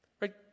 Right